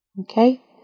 Okay